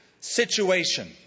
situation